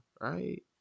right